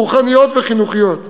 רוחניות וחינוכיות,